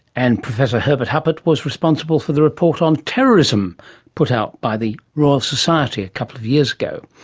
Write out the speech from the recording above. and professor herbert huppert was responsible for the report on terrorism put out by the royal society a couple of years ago.